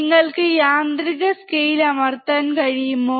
നിങ്ങൾക്ക് യാന്ത്രിക സ്കെയിൽ അമർത്താൻ കഴിയുമോ